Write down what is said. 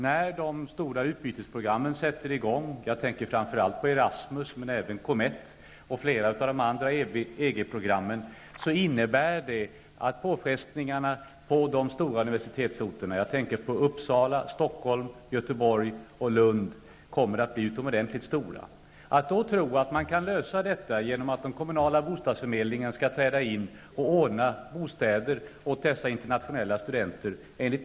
När de stora utbytesprogrammen kommer i gång -- jag tänker framför allt på Erasmus, men även på Comett och flera av de övriga EG-programmen -- kommer påfrestningarna på de stora universitetsorterna Uppsala, Stockholm, Göteborg och Lund att bli utomordentligt stora. Enligt min uppfattning är det därför inte rimligt att tro att problemet kan lösas genom att den kommunala bostadsförmedlingen träder in och ordnar bostäder åt de internationella studenterna.